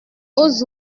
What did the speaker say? aux